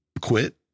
quit